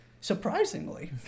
surprisingly